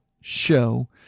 show